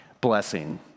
blessing